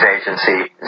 agency